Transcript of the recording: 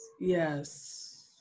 Yes